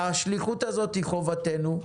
השליחות הזאת היא חובתנו,